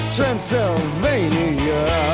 Transylvania